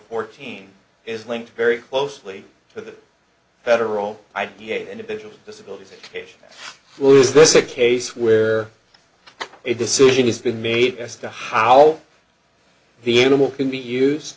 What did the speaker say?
fourteen is linked very closely to the federal id individual disabilities education is this a case where a decision has been made as to how the animal can be use